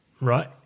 right